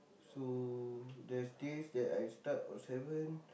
so there's days that I start on seven